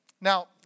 Now